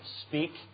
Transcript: speak